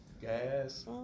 gas